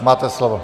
Máte slovo.